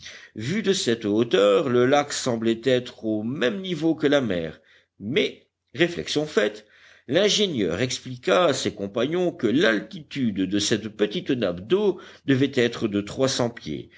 vu de cette hauteur le lac semblait être au même niveau que la mer mais réflexion faite l'ingénieur expliqua à ses compagnons que l'altitude de cette petite nappe d'eau devait être de trois cents pieds